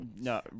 no